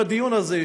בדיון הזה,